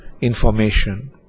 information